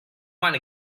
wanna